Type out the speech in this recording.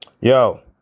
Yo